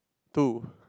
two